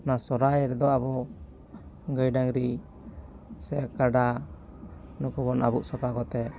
ᱱᱚᱣᱟ ᱥᱚᱦᱚᱨᱟᱭ ᱨᱮᱫᱚ ᱟᱵᱚ ᱜᱟᱹᱭ ᱰᱟᱹᱝᱨᱤ ᱥᱮ ᱠᱟᱰᱟ ᱱᱩᱠᱩ ᱵᱚ ᱟᱵᱩᱜ ᱥᱟᱯᱷᱟ ᱠᱚᱛᱮ